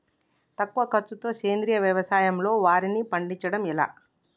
తక్కువ ఖర్చుతో సేంద్రీయ వ్యవసాయంలో వారిని పండించడం ఎలా?